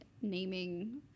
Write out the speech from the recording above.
naming